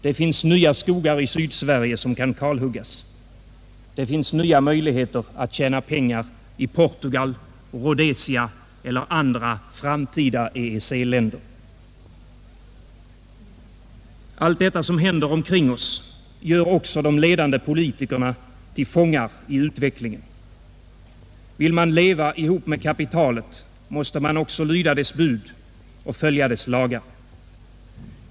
Det finns nya skogar i Sydsverige som kan kalhuggas. Det finns nya möjligheter att tjäna pengar i Portugal, Rhodesia eller andra framtida EEC-länder. Allt detta som händer omkring oss gör också de ledande politikerna till fångar i utvecklingen. Vill man leva ihop med kapitalet, måste man också lyda dess bud och följa dess lagar.